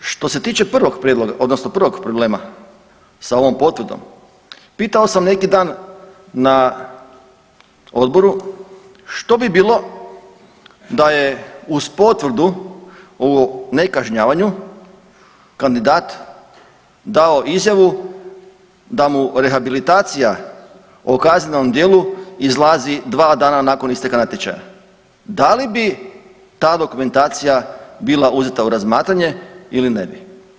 Što se tiče prvog prijedloga odnosno prvog problema sa ovom potvrdom, pitao sam neki dan na odboru što bi bilo da je uz potvrdu o nekažnjavanju kandidat dao izjavu da mu rehabilitacija o kaznenom djelu izlazi dva dana nakon isteka natječaja, da li bi ta dokumentacija bila uzeta u razmatranje ili ne bi?